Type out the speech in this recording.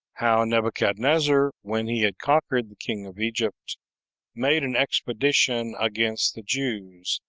how nebuchadnezzar, when he had conquered the king of egypt made an expedition against the jews,